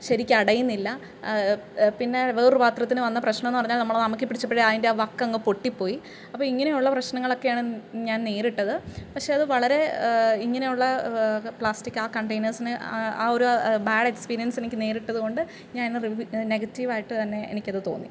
ശരിക്ക് അടയുന്നില്ല പിന്നെ വേറൊരു പാത്രത്തിന് വന്ന പ്രശ്നം എന്ന് പറഞ്ഞാൽ നമ്മളത് അമക്കി പിടിച്ചപ്പോഴേ അതിൻ്റെ വക്കങ്ങ് പൊട്ടിപ്പോയി അപ്പോള് ഇങ്ങനെയുള്ള പ്രശ്നങ്ങളൊക്കെയാണ് ഞാൻ നേരിട്ടത് പക്ഷേ അത് വളരെ ഇങ്ങനെയുള്ള പ്ലാസ്റ്റിക്ക് ആ കണ്ടയ്നേഴ്സിന് ആ ഒരു ബാഡ് എക്സ്പീരിയൻസ് എനിക്ക് നേരിട്ടത് കൊണ്ട് ഞാൻ ഇന്ന് നെഗറ്റിവായിട്ട് തന്നെ എനിക്കത് തോന്നി